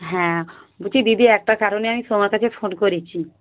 হ্যাঁ বলছি দিদি একটা কারণে আমি তোমার কাছে ফোন করেছি